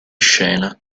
scena